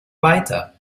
weiter